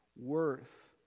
worth